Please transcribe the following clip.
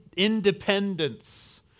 independence